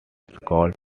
called